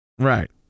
right